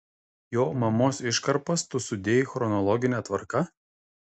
jo mamos iškarpas tu sudėjai chronologine tvarka